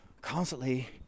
constantly